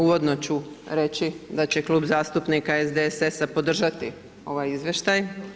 Uvodno ću reći da će Klub zastupnika SDSS-a podržati ovaj izvještaj.